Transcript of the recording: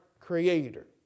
Creator